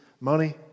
money